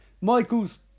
Michael's